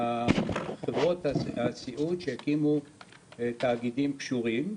שהיה בחברות הסיעוד שהקימו תאגידים קשורים,